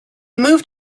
moved